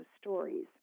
stories